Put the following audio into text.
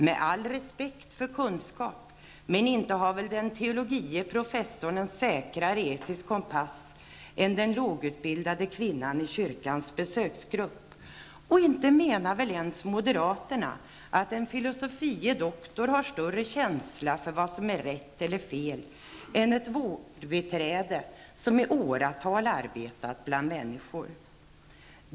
Med all respekt för kunskap -- inte har väl den teologie professorn en säkrare etisk kompass än den lågutbildade kvinnan i kyrkans besöksgrupp. Och inte menar väl ens moderaterna att en filosofie doktor har större känsla för vad som är rätt eller fel än ett vårdbiträde som i åratal arbetat bland människor.